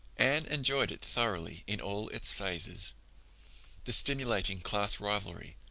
anne enjoyed it thoroughly in all its phases the stimulating class rivalry,